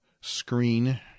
screen